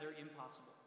impossible